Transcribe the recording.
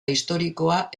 historikoa